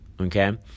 Okay